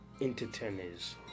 entertainers